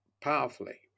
powerfully